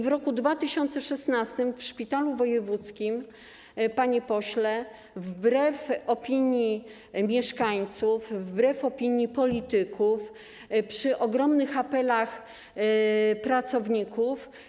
W roku 2016 w szpitalu wojewódzkim, panie pośle, wbrew opinii mieszkańców, wbrew opinii polityków, pomimo apeli pracowników.